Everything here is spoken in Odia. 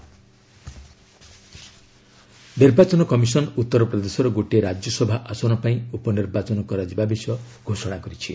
ରାଜ୍ୟସଭା ବାଇପୋଲ୍ ନିର୍ବାଚନ କମିଶନ୍ ଉତ୍ତର ପ୍ରଦେଶର ଗୋଟିଏ ରାଜ୍ୟସଭା ଆସନ ପାଇଁ ଉପନିର୍ବାଚନ କରାଯିବା ବିଷୟ ଘୋଷଣା କରିଛି